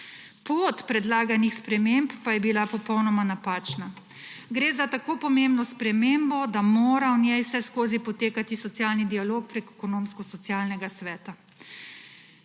Pot predlaganih spremembah pa je bila popolnoma napačna. Gre za tako pomembno spremembo, da mora v njej vseskozi potekati socialni dialog preko Ekonomsko-socialnega sveta.